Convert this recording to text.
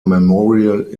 memorial